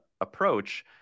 approach